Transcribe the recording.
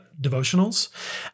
Devotionals